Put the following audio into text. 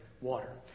water